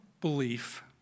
belief